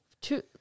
two